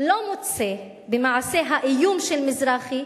אבל לפני שנדון בעונש שלא קיבל מזרחי,